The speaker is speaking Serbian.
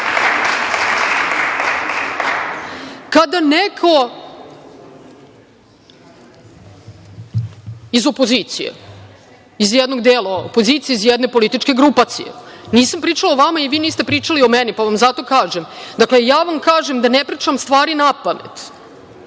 neko iz opozicije, iz jednog dela opozicije, iz jedne političke grupacije, nisam pričala o vama i vi niste pričali o meni, pa vam zato kažem. Dakle, ja vam kažem da ne pričam stvari napamet.